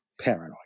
paranoid